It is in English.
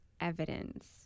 evidence